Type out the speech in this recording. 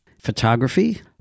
Photography